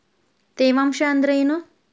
ತೇವಾಂಶ ಅಂದ್ರೇನು?